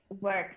works